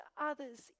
others